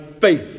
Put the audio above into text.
faith